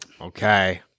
Okay